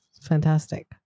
fantastic